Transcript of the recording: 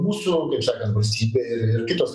mūsų kaip sakant valstybė ir kitos